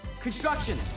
construction